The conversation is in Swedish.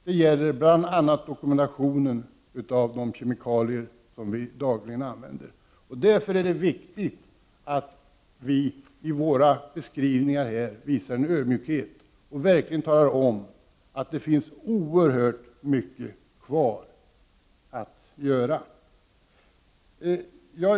Det gäller bl.a. dokumentationen av de kemikalier som vi dagligen använder. Det är därför viktigt att vi visar en ödmjukhet i våra beskrivningar och verkligen talar om att det finns oerhört mycket kvar att göra.